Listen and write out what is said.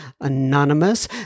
Anonymous